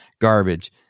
garbage